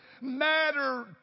matter